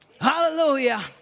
Hallelujah